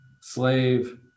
slave